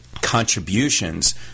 contributions